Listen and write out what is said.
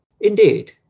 Indeed